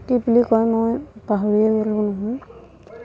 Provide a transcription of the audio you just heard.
কি বুলি কয় মই পাহৰিয়ে গ'লোঁ নহয়